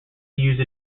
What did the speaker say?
use